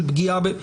של פגיעה.